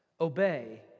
Obey